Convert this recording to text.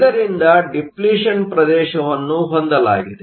ಇದರಿಂದ ಡಿಪ್ಲಿಷನ್ ಪ್ರದೇಶವನ್ನು ಹೊಂದಲಾಗಿದೆ